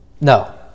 No